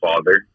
Father